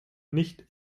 nicht